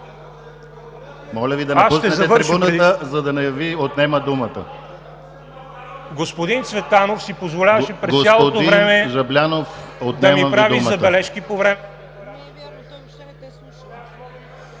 Моля Ви да напуснете трибуната, за да не Ви отнема думата. ВАЛЕРИ ЖАБЛЯНОВ: Господин Цветанов си позволяваше през цялото време да ми прави забележки по време…